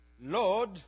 Lord